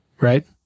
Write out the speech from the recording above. Right